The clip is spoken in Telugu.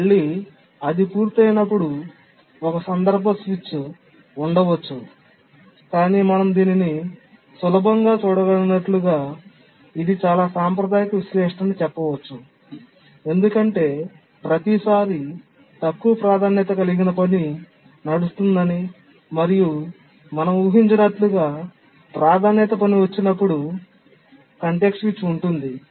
మళ్ళీ అది పూర్తయినప్పుడు ఒక సందర్భ స్విచ్ ఉండవచ్చు కాని మనం దీనిని సులభంగా చూడగలిగినట్లుగా ఇది చాలా సాంప్రదాయిక విశ్లేషణ అని చెప్పవచ్చు ఎందుకంటే ప్రతిసారీ తక్కువ ప్రాధాన్యత కలిగిన పని నడుస్తుందని మరియు మనం ఊహించినట్లు ప్రాధాన్యత పని వచ్చినపుడు కాంటెక్స్ట్ స్విచ్ ఉంటుంది